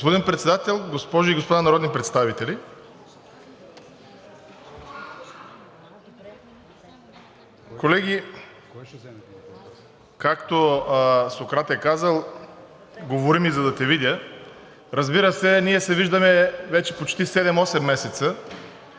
Господин Председател, госпожи и господа народни представители! Колеги, Сократ е казал: „Говори ми, за да те видя.“ Разбира се, ние се виждаме почти седем-осем